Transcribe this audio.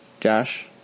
Josh